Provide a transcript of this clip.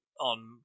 on